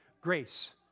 grace